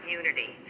unity